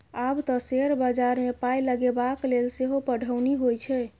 आब तँ शेयर बजारमे पाय लगेबाक लेल सेहो पढ़ौनी होए छै